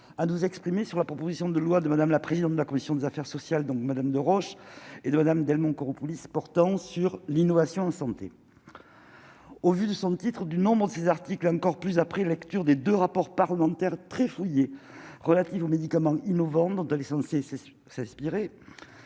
à nous exprimer sur la proposition de loi de Madame, la présidente de la commission des affaires sociales, donc madame de roches et de Madame Delmont Koropoulis se portant sur l'innovation en santé au vu de son titre du nombre de ces articles, encore plus après lecture des 2 rapports parlementaires très fouillée relatives aux médicaments innovants de licencier s'inspirer,